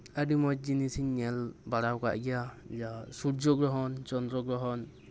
ᱟᱹᱰᱤ ᱢᱚᱸᱡᱽ ᱡᱤᱱᱤᱥ ᱤᱧ ᱧᱮᱞ ᱵᱟᱲᱟᱣ ᱟᱠᱟᱫ ᱜᱮᱭᱟ ᱡᱟᱦᱟᱸ ᱥᱩᱨᱡᱚ ᱜᱨᱚᱦᱚᱱ ᱪᱚᱱᱫᱨᱚ ᱜᱨᱚᱦᱚᱱ